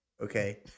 Okay